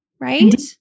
Right